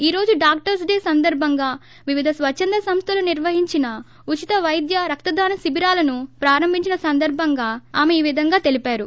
ఈ రోజు doctors day సందర్బంగా వివిధ స్వచ్చంద సంస్థలు నిర్వహించిన ఉచిత పైద్యరక్తదాన శిభిరాలను ప్రారంభించిన సందర్బంగా ఆమె ఈ విధంగా తెలిపారు